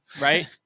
right